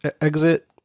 exit